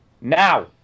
Now